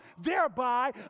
thereby